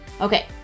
Okay